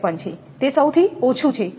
53 છે તે સૌથી ઓછું છે